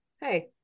hey